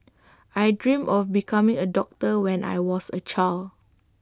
I dreamt of becoming A doctor when I was A child